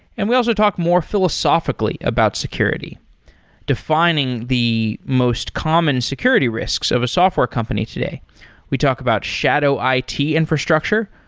and we also talk more philosophically about security defining the most common security risks of a software company today we talk about shadow it infrastructure,